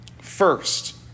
First